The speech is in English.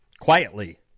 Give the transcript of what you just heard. quietly